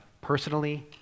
personally